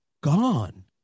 gone